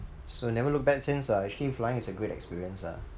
so never looked back since ah actually flying is a great experience ah